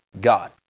God